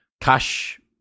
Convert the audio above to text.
cash